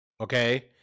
okay